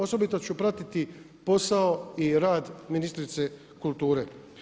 Osobito ću pratiti posao i rad ministrice kulture.